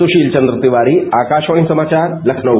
मुशील चंद्र तिवारी आकाशवाणी समाचार लखनऊ